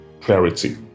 clarity